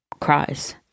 cries